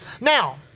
Now